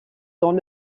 dans